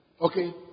Okay